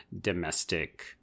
domestic